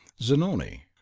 zanoni